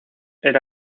era